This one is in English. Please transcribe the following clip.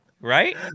Right